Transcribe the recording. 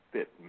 Fit